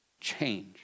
change